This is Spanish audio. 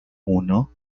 uno